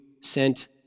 sent